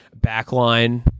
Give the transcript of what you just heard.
Backline